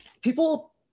people